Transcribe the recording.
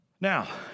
Now